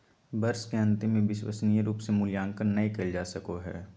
वर्ष के अन्तिम में विश्वसनीय रूप से मूल्यांकन नैय कइल जा सको हइ